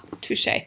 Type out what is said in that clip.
Touche